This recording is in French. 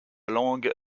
langue